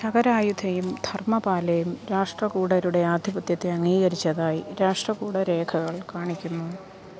ചകരായുധയും ധർമ്മപാലയും രാഷ്ട്രകൂടരുടെ ആധിപത്യത്തെ അംഗീകരിച്ചതായി രാഷ്ട്രകൂടരേഖകൾ കാണിക്കുന്നു